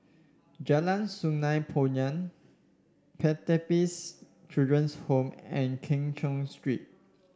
Jalan Sungei Poyan Pertapis Children Home and Keng Cheow Street